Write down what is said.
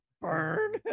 burn